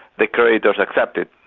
the creditors accepted.